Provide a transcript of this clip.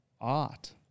art